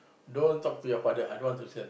don't talk to your father I don't want to send